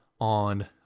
on